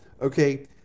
okay